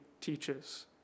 teaches